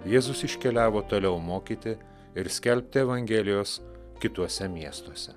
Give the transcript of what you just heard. jėzus iškeliavo toliau mokyti ir skelbti evangelijos kituose miestuose